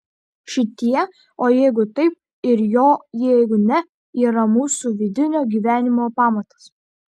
šitie o jeigu taip ir o jeigu ne yra mūsų vidinio gyvenimo pamatas